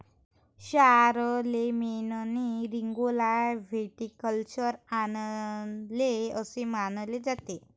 शारलेमेनने रिंगौला व्हिटिकल्चर आणले असे मानले जाते